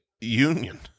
Union